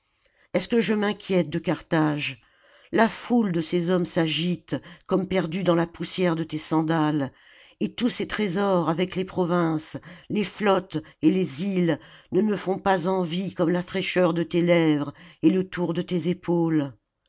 est-ce que je m'inquiète de carthage la foule de ses hommes s'agite comme perdue dans la poussière de tes sandales et tous ses trésors avec les provinces les flottes et les îles ne me font pas envie comme la fraîcheur de tes lèvres et le tour de tes épaules